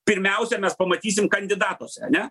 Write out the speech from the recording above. pirmiausia mes pamatysim kandidatuose ane